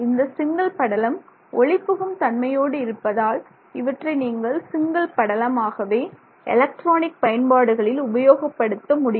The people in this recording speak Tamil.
இந்த சிங்கிள் படலம் ஒளிபுகும் தன்மையோடு இருப்பதால் இவற்றை நீங்கள் சிங்கிள் படலமாகவே எலக்ட்ரானிக் பயன்பாடுகளில் உபயோகப்படுத்த முடியும்